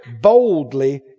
boldly